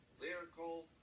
lyrical